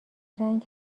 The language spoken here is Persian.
رنگ